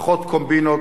פחות קומבינות,